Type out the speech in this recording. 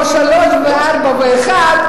או שלושה וארבעה ואחד.